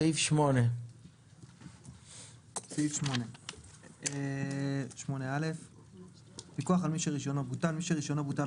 סעיף 8. 8/א'.פיקוח על מי שרישיונו בוטל מי שרישיונו בוטל